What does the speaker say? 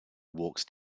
walks